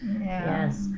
Yes